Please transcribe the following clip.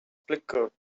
flickered